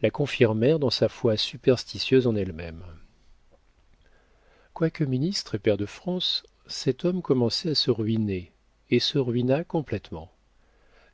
la confirmèrent dans sa foi superstitieuse en elle-même quoique ministre et pair de france cet homme commençait à se ruiner et se ruina complétement